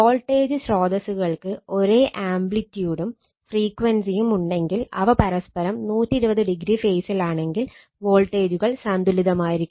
voltage സ്രോതസ്സുകൾക്ക് ഒരേ ആംപ്ലിറ്റിയൂടും ഉണ്ടെങ്കിൽ അവ പരസ്പരം 120 ഡിഗ്രി ഫേസിലാണെങ്കിൽ വോൾട്ടേജുകൾ സന്തുലിതമായിരിക്കും